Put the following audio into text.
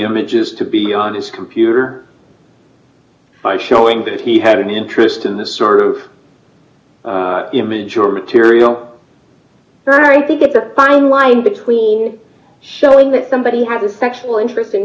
images to be honest computer by showing that he had an interest in the sort of image or material and i think it's a fine line between showing that somebody had a sexual interest in